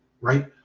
right